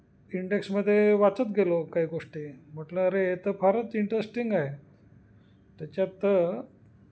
इंडेक्समध्ये वाचत गेलो काही गोष्टी म्हटलं अरे हे तर फारच इंटरेस्टिंग आहे त्याच्यात